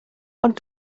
ond